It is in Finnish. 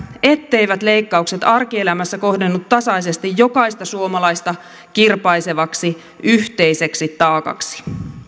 etteivät leikkaukset arkielämässä kohdennu tasaisesti jokaista suomalaista kirpaisevaksi yhteiseksi taakaksi